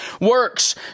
works